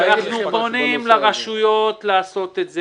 אנחנו פונים לרשויות לעשות את זה.